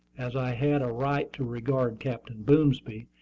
as i had a right to regard captain boomsby,